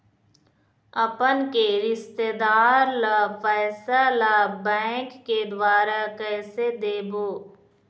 अपन के रिश्तेदार ला पैसा ला बैंक के द्वारा कैसे देबो?